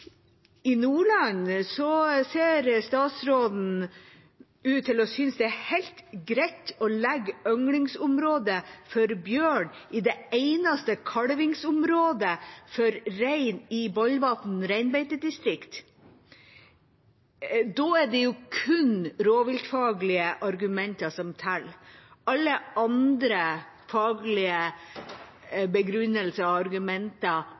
I Nordland ser statsråden ut til å synes det er helt greit å legge ynglingsområdet for bjørn i det eneste kalvingsområdet for rein – i Balvatn reinbeitedistrikt. Da er det kun rovviltfaglige argumenter som teller. Alle andre faglige begrunnelser og argumenter